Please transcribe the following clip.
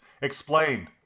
Explain